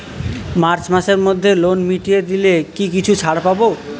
March মাসের মধ্যে loan মিটিয়ে দিলে কি কিছু ছাড় পাব?